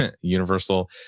Universal